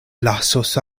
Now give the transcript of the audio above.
lasos